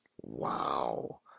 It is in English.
wow